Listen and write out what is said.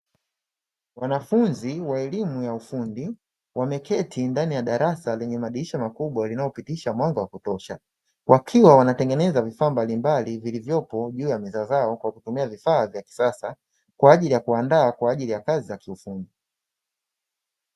Wanafunzi wa elimu ya ufundi, wameketi ndani ya darasa lenye madirisha makubwa linalopitisha mwanga wa kutosha, wakiwa wanatengeneza vifaa mbalimbali vilivyopo juu ya meza zao kwa kutumia vifaa vya kisasa, kwa ajili ya kuandaa kwa ajili ya kazi za kiufundi.